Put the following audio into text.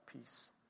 peace